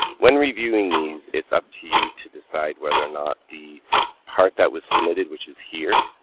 when reviewing these, it's up to you to decide whether or not the part that was submitted, which is here,